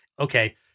okay